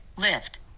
lift